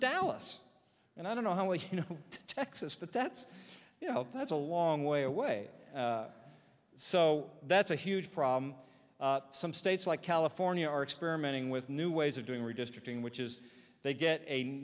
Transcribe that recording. dallas and i don't know how well you know texas but that's you know that's a long way away so that's a huge problem some states like california are experimenting with new ways of doing redistricting which is they get a